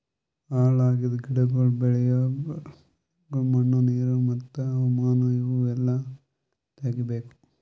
ಹಾಳ್ ಆಗಿದ್ ಗಿಡಗೊಳ್, ಬೆಳಿಗೊಳ್, ಮಣ್ಣ, ನೀರು ಮತ್ತ ಹವಾಮಾನ ಇವು ಎಲ್ಲಾ ತೆಗಿಬೇಕು